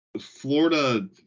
Florida